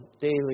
daily